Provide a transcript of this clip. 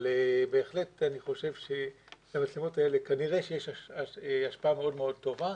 אבל בהחלט אני חושב שלמצלמות האלה כנראה שיש השפעה מאוד מאוד טובה,